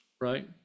right